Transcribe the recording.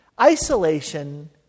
Isolation